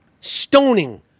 Stoning